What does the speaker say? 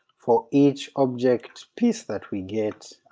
for each object piece that we get,